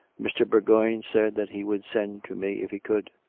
mr. eourgoign said that he would send to me if he could.